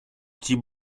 petit